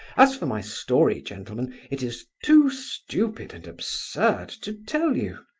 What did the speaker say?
as for my story, gentlemen, it is too stupid and absurd to tell you.